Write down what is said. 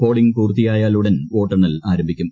polling പൂർത്തിയായാൽ ഉടൻ വോട്ടെണ്ണൂർ ആര്രംഭിക്കും